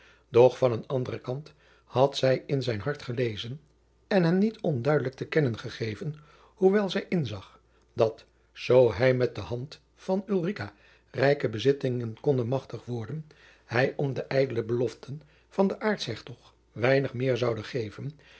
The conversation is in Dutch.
doch van een anderen kant had zij in zijn hart gelezen en hem niet onduidelijk te kennen gegeven hoe wel zij inzag dat zoo hij met de hand van ulrica rijke bezittingen konde machtig worden hij om de ijdele beloften van den aartshertog weinig meer zoude geven